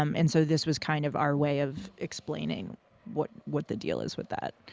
um and so this was kind of our way of explaining what what the deal is with that.